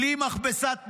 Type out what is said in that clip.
בלי מכבסת מילים,